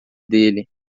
dele